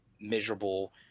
miserable